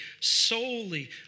solely